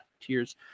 Tears